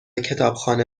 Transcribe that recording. کتابخانه